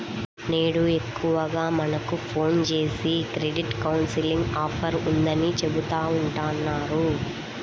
నేడు ఎక్కువగా మనకు ఫోన్ జేసి క్రెడిట్ కౌన్సిలింగ్ ఆఫర్ ఉందని చెబుతా ఉంటన్నారు